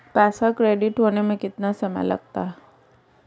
पैसा क्रेडिट होने में कितना समय लगता है?